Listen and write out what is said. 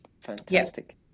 Fantastic